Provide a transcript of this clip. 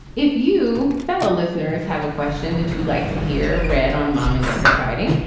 if you fellow listeners have a question that you'd like to hear read on, mom and dad are fighting.